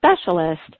Specialist